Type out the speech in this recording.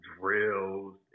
drills